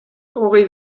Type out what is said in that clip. hogei